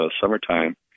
summertime